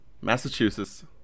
massachusetts